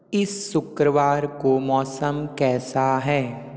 इस शुक्रवार को मौसम कैसा है